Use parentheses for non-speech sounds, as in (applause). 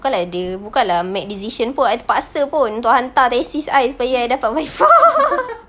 bukan lah ada bukan lah make decision pun I terpaksa pun untuk hantar thesis I supaya I dapat viva (laughs)